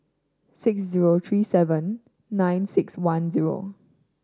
six zero three seven nine six one zero